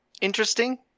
interesting